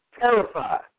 Terrified